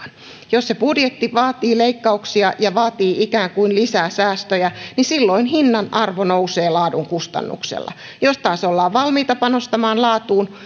jos se budjetti vaatii leikkauksia ja vaatii ikään kuin lisää säästöjä niin silloin hinnan arvo nousee laadun kustannuksella ja jos taas ollaan valmiita panostamaan laatuun